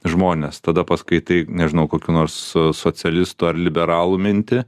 žmonės tada paskaitai nežinau kokių nors socialistų ar liberalų mintį